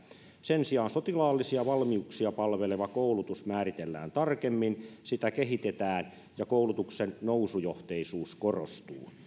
sen sijaan sotilaallisia valmiuksia palveleva koulutus määritellään tarkemmin sitä kehitetään ja koulutuksen nousujohteisuus korostuu